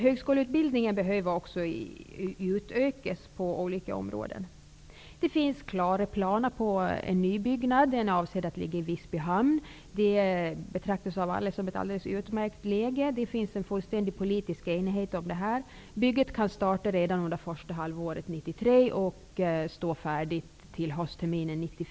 Högskoleutbildningen behöver också utökas på olika områden. Det finns färdiga planer på en nybyggnad, som avses ligga i Visbyhamn. Läget betraktas av alla som alldeles utmärkt. Den politiska enigheten om detta är fullständig, och bygget kan startas redan under första halvåret 1993, med färdigställande till höstterminen 1993/94.